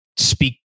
Speak